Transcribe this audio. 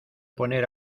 poner